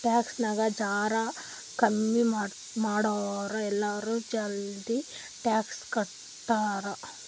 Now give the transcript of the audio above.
tax ನಾಗ್ ಜರಾ ಕಮ್ಮಿ ಮಾಡುರ್ ಎಲ್ಲರೂ ಜಲ್ದಿ ಟ್ಯಾಕ್ಸ್ ಕಟ್ತಾರ್